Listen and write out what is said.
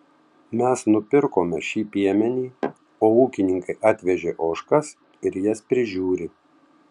mes nupirkome šį piemenį o ūkininkai atvežė ožkas ir jas prižiūri